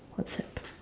whatsapp